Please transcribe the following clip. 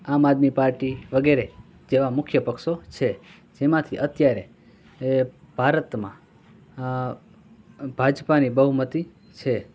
આમ આદમી પાર્ટી વગેરે જેવા મુખ્ય પક્ષો છે જેમાંથી અત્યારે ભારતમાં ભાજપાની બહુમતી છે